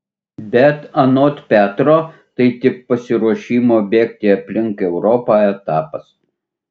bet anot petro tai tik pasiruošimo bėgti aplink europą etapas